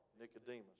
Nicodemus